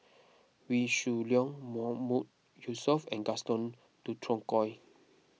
Wee Shoo Leong Mahmood Yusof and Gaston Dutronquoy